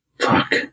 Fuck